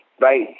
right